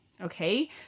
Okay